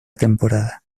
temporada